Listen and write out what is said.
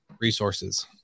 Resources